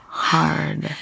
hard